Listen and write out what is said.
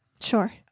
Sure